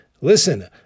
listen